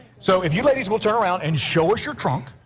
so if you ladies will turn around and show us your trunk.